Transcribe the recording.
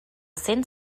cent